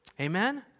Amen